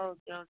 okay okay madam